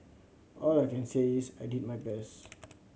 all I can say is I did my best